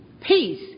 Peace